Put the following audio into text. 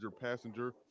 passenger